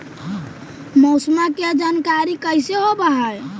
मौसमा के जानकारी कैसे होब है?